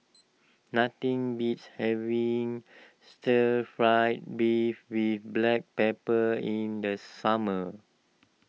nothing beats having Stir Fried Beef with Black Pepper in the summer